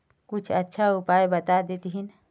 कुछ अच्छा उपाय बता देतहिन?